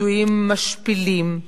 ביטויים משפילים,